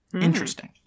interesting